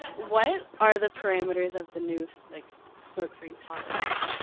what are the parameters of the news like smoke free policy?